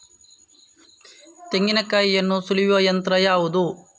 ತೆಂಗಿನಕಾಯಿಯನ್ನು ಸುಲಿಯುವ ಯಂತ್ರ ಯಾವುದು?